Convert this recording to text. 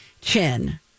chin